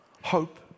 hope